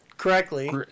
Correctly